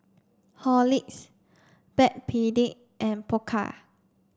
Horlicks Backpedic and Pokka